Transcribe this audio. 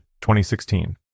2016